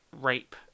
rape